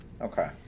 okay